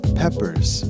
peppers